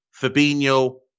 Fabinho